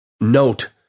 note